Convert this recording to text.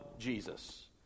jesus